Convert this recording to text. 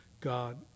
God